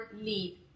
lead